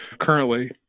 currently